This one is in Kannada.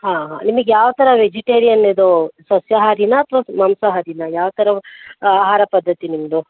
ಹಾಂ ಹಾಂ ನಿಮಗೆ ಯಾವ ಥರ ವೆಜಿಟೇರಿಯನ್ ಇದು ಸಸ್ಯಹಾರಿನ ಅಥವಾ ಮಾಂಸಹಾರಿನಾ ಯಾವ ಥರ ಆಹಾರ ಪದ್ಧತಿ ನಿಮ್ಮದು